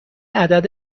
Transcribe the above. عدد